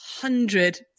hundred